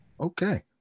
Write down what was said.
Okay